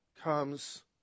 comes